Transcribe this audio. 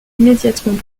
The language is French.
immédiatement